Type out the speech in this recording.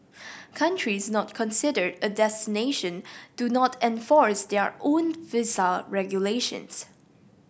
countries not consider a destination do not enforce their own visa regulations